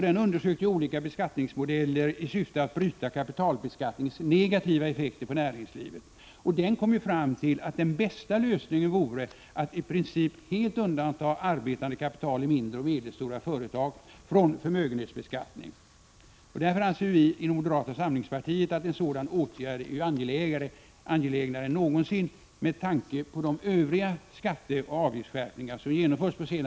Den undersökte olika beskattningmodeller i syfte att bryta kapitalbeskattningens negativa effekter på näringslivet, och den kom fram till att den bästa lösningen vore att i princip helt undanta arbetande kapital i mindre och medelstora företag från förmögenhetsbeskattning. Med tanke på de övriga skatteoch avgiftsskärpningar som genomförts på senare år anser vi inom moderata samlingspartiet att en sådan åtgärd är angelägnare än någonsin.